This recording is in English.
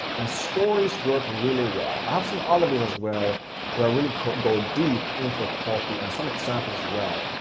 and stories work really well. i have some other videos as well where i really go deep into the copy and some examples as well,